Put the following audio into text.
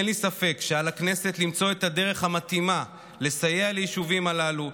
אין לי ספק שעל הכנסת למצוא את הדרך המתאימה לסייע ליישובים הללו.